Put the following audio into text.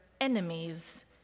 enemies